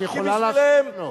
את יכולה להשיב לו.